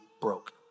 broke